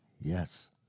Yes